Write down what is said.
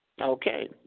Okay